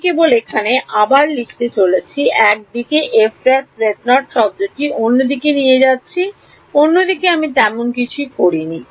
আমি কেবল এখানে আবার লিখতে চলেছি একদিকে f ′ শব্দটি অন্য দিকে নিয়ে যাচ্ছি অন্যদিকে আমি তেমন কিছুই করি নি